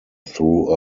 threw